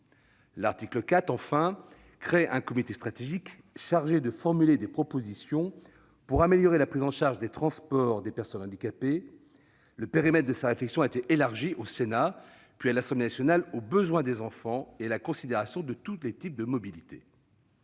L'article 4, enfin, crée un comité stratégique chargé de formuler des propositions pour améliorer la prise en charge des transports des personnes handicapées. Le périmètre de sa réflexion a été élargi, au Sénat puis à l'Assemblée nationale, aux besoins des enfants et à la considération de tous les types de mobilités.